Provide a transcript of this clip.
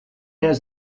has